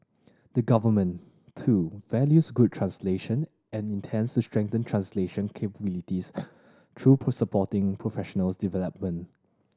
the government too values good translation and intends to strengthen translation capabilities through supporting professional development